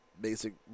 basic